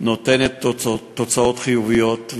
נותנת תוצאות חיוביות,